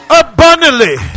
abundantly